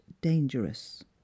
dangerous